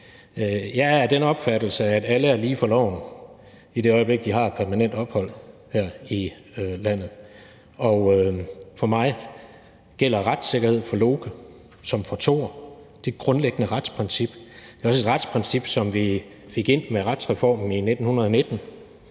Jeg er af den opfattelse, at alle er lige for loven, i det øjeblik de har et permanent ophold her i landet. For mig gælder retssikkerhed for Loke såvel som for Thor: Det grundlæggende retsprincip, altså et retsprincip, som vi fik ind med retsreformen i 1919,